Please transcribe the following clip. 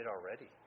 already